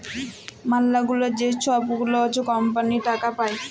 ম্যালাগুলা যে ছব গুলা কম্পালির টাকা পায়